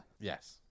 Yes